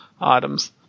items